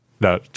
no